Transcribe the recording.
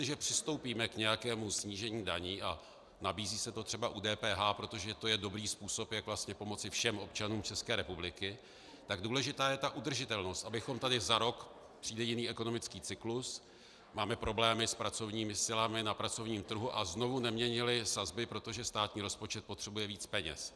To znamená, jestliže přistoupíme k nějakému snížení daní, a nabízí se to třeba u DPH, protože to je dobrý způsob, jak vlastně pomoci všem občanům České republiky, tak důležitá je ta udržitelnost, abychom tady za rok přijde jiný ekonomický cyklus, máme problémy s pracovními silami na pracovním trhu a znovu neměnili sazby, protože státní rozpočet potřebuje víc peněz.